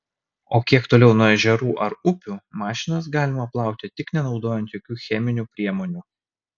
o kiek toliau nuo ežerų ar upių mašinas galima plauti tik nenaudojant jokių cheminių priemonių